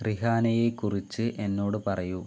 റിഹാനയെക്കുറിച്ച് എന്നോട് പറയൂ